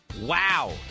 Wow